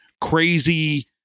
crazy